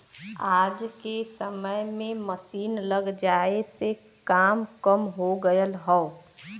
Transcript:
आज के समय में मसीन लग जाये से काम कम हो गयल हौ